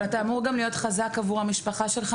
אבל אתה אמור גם להיות חזק עבור המשפחה שלך.